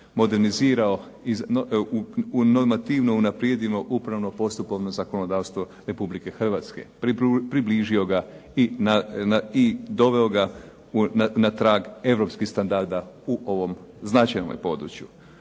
modernizirao i normativno unaprijedilo upravno postupovne zakonodavstvo Republike Hrvatske, približio i doveo ga na trag europskog standarda u ovom značajnom području.